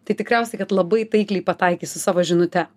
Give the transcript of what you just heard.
tai tikriausiai kad labai taikliai pataikei su savo žinute